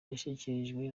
yashyikirijwe